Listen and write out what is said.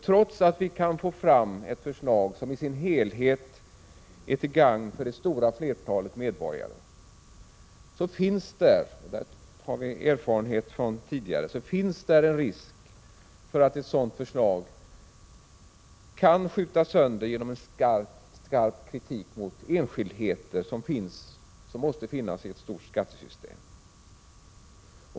Trots att vi kan få fram ett förslag som i sin helhet är till gagn för det stora flertalet medborgare, finns det — det har vi erfarenhet av sedan tidigare — en risk för att ett sådant förslag kan skjutas sönder genom en skarp kritik mot enskildheter som måste finnas i ett stort skattesystem.